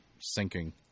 sinking